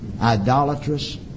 idolatrous